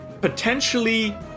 potentially